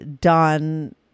done